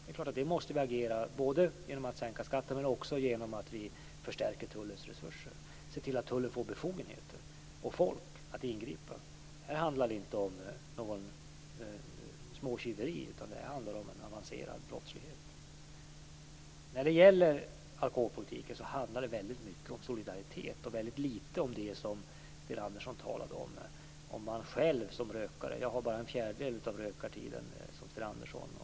Vi måste därför agera både genom att sänka skatten och genom att förstärka tullens resurser, genom att se till att tullen får befogenheter och folk så att man kan ingripa. Det här handlar inte om något småtjyveri, utan det handlar om en avancerad brottslighet. Alkoholpolitiken handlar i väldigt hög grad om solidaritet och väldigt litet om det som Sten Andersson talade om då han talade om sig själv som rökare. Själv har jag bara en fjärdedel av den rökartid som Sten Andersson har.